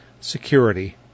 security